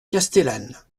castellane